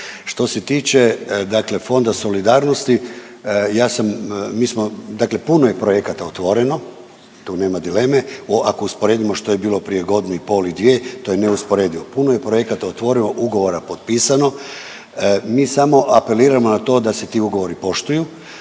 ja sam, mi smo, dakle puno je projekata otvoreno, tu nema dilema, ako usporedimo što je bilo prije godinu i pol i dvije, to je neusporedivo, puno je projekata otvoreno i ugovora potpisano. Mi samo apeliramo na to da se ti ugovori poštuju